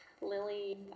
Lily